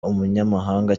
umunyamahanga